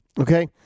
okay